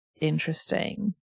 interesting